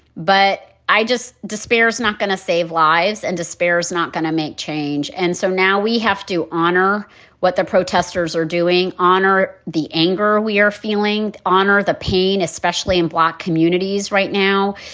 but i just despair is not going to save lives and despair is not going to make change. and so now we have to honor what the protesters are doing, honor the anger we are feeling, honor the pain, pain, especially in black communities right now,